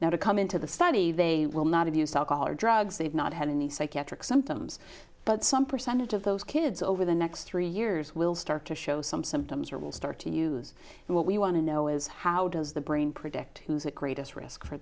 now to come into the study they will not abuse alcohol or drugs they have not had any psychiatric symptoms but some percentage of those kids over the next three years will start to show some symptoms or will start to use and what we want to know is how does the brain predict who is at greatest risk for